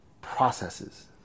processes